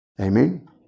Amen